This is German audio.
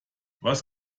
was